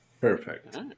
Perfect